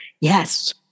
Yes